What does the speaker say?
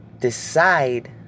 decide